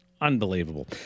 Unbelievable